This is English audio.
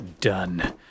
Done